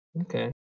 Okay